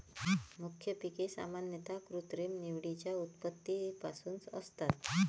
मुख्य पिके सामान्यतः कृत्रिम निवडीच्या उत्पत्तीपासून असतात